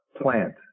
plant